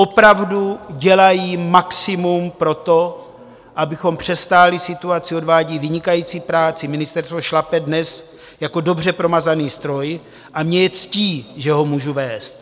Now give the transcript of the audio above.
Opravdu dělají maximum pro to, abychom přestáli situaci, odvádějí vynikající práci, ministerstvo šlape dnes jako dobře promazaný stroj a mně je ctí, že ho můžu vést.